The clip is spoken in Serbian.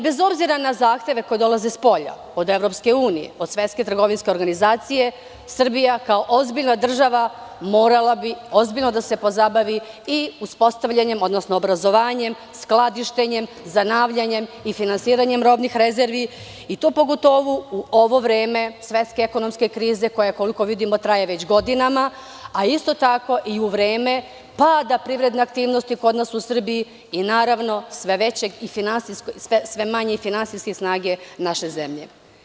Bez obzira na zahteve koji dolaze spolja od EU, od Svetske trgovinske organizacije, Srbija kao ozbiljna država morala bi ozbiljno da se pozabavi i uspostavljanjem, odnosno obrazovanjem, skladištenjem i finansiranje robnih rezervi, pogotovo u ovo vreme svetske ekonomske krize koja, koliko vidimo, traje već godinama, a isto tako i u vreme pada privredne aktivnosti kod nas u Srbiji i, naravno, sve manje finansijske snage naše zemlje.